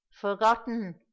Forgotten